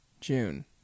June